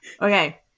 okay